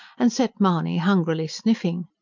and set mahony hungrily sniffing.